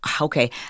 okay